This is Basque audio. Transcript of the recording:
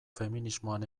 feminismoan